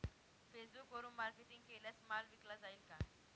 फेसबुकवरुन मार्केटिंग केल्यास माल विकला जाईल का?